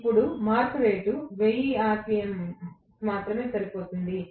ఇప్పుడు మార్పు రేటు 1000 ఆర్పిఎమ్కి మాత్రమే సరిపోతుంది